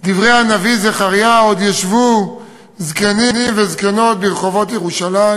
דברי הנביא זכריה: עוד ישבו זקנים וזקנות ברחובות ירושלים,